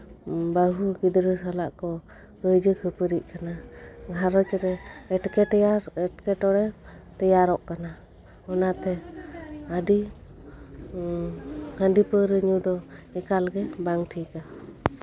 ᱵᱟᱹᱦᱩ ᱜᱤᱫᱽᱨᱟᱹ ᱥᱟᱞᱟᱜ ᱠᱚ ᱠᱟᱹᱭᱡᱟᱹ ᱠᱷᱟᱹᱯᱟᱹᱨᱤᱜ ᱠᱟᱱᱟ ᱜᱷᱟᱸᱨᱚᱧᱡᱽᱨᱮ ᱮᱸᱴᱠᱮᱴᱚᱲᱮ ᱛᱮᱭᱟᱨᱚᱜ ᱠᱟᱱᱟ ᱚᱱᱟᱛᱮ ᱟᱹᱰᱤ ᱦᱟᱺᱰᱤ ᱯᱟᱹᱣᱨᱟᱹ ᱧᱩ ᱫᱚ ᱮᱠᱟᱞ ᱜᱮ ᱵᱟᱝ ᱴᱷᱤᱠᱟ